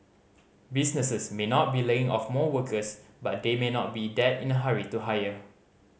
businesses may not be laying off more workers but they may not be that in a hurry to hire